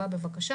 חיובי.